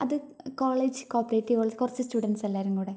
അത് college cooperative college കുറച്ച് students എല്ലാവരും കൂടെ